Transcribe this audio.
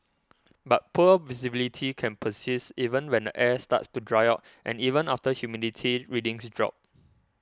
but poor visibility can persist even when the air starts to dry out and even after humidity readings drop